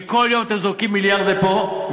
שכל יום אתם זורקים מיליארד לפה,